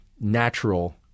natural